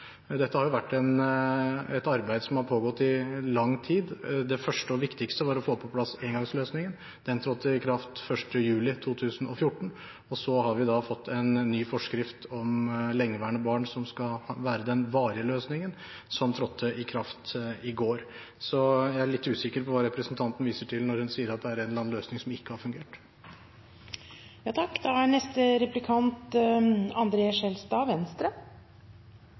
Dette har vært et arbeid som har pågått i lang tid. Det første og viktigste var å få på plass engangsløsningen. Den trådte i kraft 1. juli 2014, og så har vi fått en ny forskrift om lengeværende barn, som skal være den varige løsningen, og som trådte i kraft i går. Så jeg er litt usikker på hva representanten viser til når hun sier at det er en eller annen løsning som ikke har fungert.